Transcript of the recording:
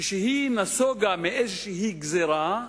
כשהיא נסוגה מאיזושהי גזירה,